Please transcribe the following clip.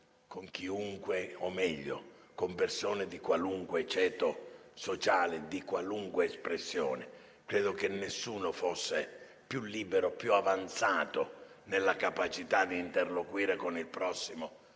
con chiunque o, meglio, con persone di qualunque ceto sociale, di qualunque espressione. Credo che nessuno fosse più libero e più avanzato, nella capacità di interloquire con il prossimo,